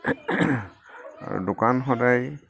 দোকান সদায়